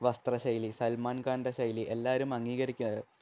വസ്ത്ര ശൈലി സൽമാൻ ഖാൻ്റെ ശൈലി എല്ലാവരും എല്ലാവരും അംഗീകരിക്കുകയാണ്